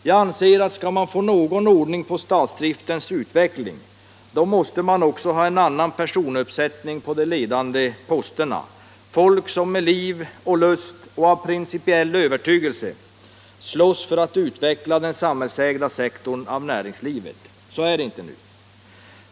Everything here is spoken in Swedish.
Jag anser att om man skall få någon ordning på statsdriftens utveckling måste man också ha en annan personuppsättning på de ledande posterna, folk som med liv och lust och av principiell övertygelse slåss för att utveckla den samhällsägda sektorn av näringslivet. Så är det inte nu.